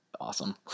awesome